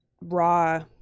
raw